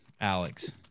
Alex